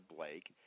Blake